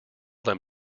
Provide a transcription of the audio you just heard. them